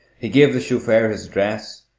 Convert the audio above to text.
he gave the chauffeur his address,